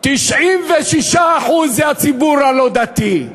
96% זה הציבור הלא-דתי.